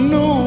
no